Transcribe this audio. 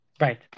Right